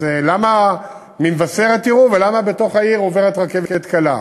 אז למה ממבשרת יראו ולמה בתוך העיר עוברת רכבת קלה?